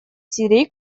сирии